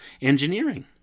engineering